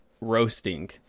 roasting